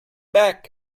back